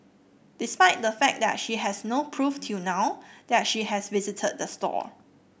despite the fact that she has no proof till now that she has visited the store